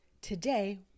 today